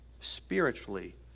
spiritually